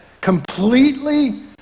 completely